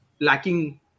lacking